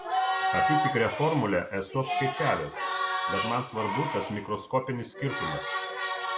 apytikrę formulę esu apskaičiavęs bet man svarbu tas mikroskopinis skirtumas